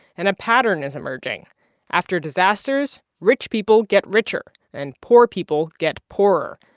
and a pattern is emerging after disasters, rich people get richer, and poor people get poorer,